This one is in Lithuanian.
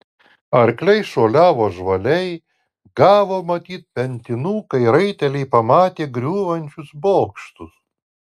arkliai šuoliavo žvaliai gavo matyt pentinų kai raiteliai pamatė griūvančius bokštus